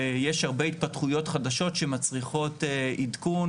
ויש הרבה התפתחויות חדשות שמצריכות עדכון